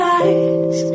eyes